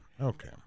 Okay